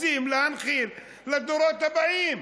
רוצים להנחיל לדורות הבאים,